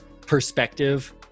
perspective